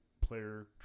player